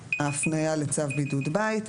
לפי ההפניה לצו בידוד בית.